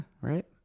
right